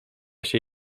się